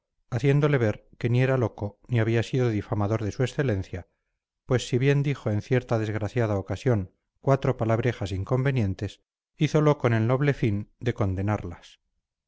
haciéndole ver que ni era loco ni había sido difamador de su excelencia pues si bien dijo en cierta desgraciada ocasión cuatro palabrejas inconvenientes hízolo con el noble fin de condenarlas